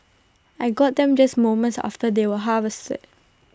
I got them just moments after they were harvested